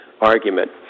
argument